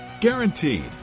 Guaranteed